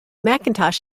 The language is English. mackintosh